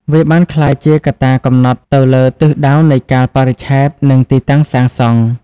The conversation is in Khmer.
វាបានក្លាយជាកត្តាកំណត់ទៅលើទិសដៅនៃកាលបរិច្ឆេទ និងទីតាំងសាងសង់។